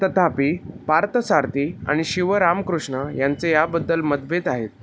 तथापी पार्थसारथी आणि शिव रामकृष्ण यांचे याबद्दल मतभेत आहेत